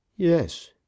yes